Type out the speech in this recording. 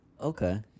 Okay